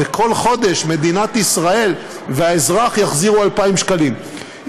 וכל חודש מדינת ישראל והאזרח יחזירו 2,000 שקלים.